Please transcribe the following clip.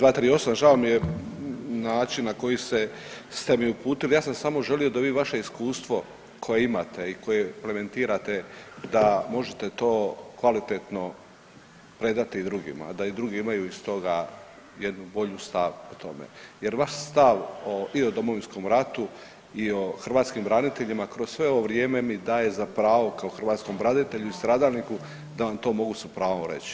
238., žao mi je način na koji se, ste mi uputili, ja sam samo želi da vi vaše iskustvo koje imate i koje implementirate da možete to kvalitetno predati drugima da i drugi imaju iz toga jednu bolju stavku o tome jer vaš stav i o Domovinskom ratu i o hrvatskim braniteljima kroz sve ovo vrijeme mi daje za pravo kao hrvatskom branitelji i stradalniku da vam to mogu sa pravom reći.